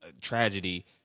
tragedy